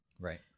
Right